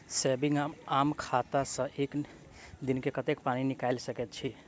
Saving वा आम खाता सँ एक दिनमे कतेक पानि निकाइल सकैत छी?